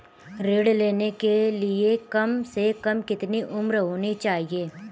ऋण लेने के लिए कम से कम कितनी उम्र होनी चाहिए?